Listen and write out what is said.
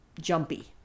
jumpy